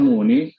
Muni